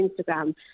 Instagram